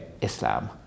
Islam